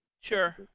Sure